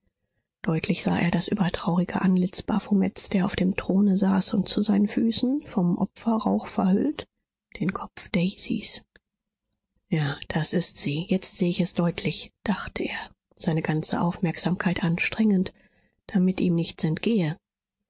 deutlich sah er das übertraurige antlitz baphomets der auf dem throne saß und zu seinen füßen vom opferrauch verhüllt den kopf daisys ja das ist sie jetzt sehe ich es deutlich dachte er seine ganze aufmerksamkeit anstrengend damit ihm nichts entgehe